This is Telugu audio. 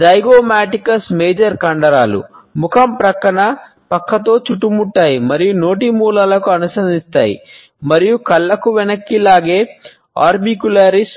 zygomaticus majors